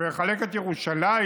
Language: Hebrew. ולחלק את ירושלים,